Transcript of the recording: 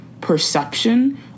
perception